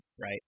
right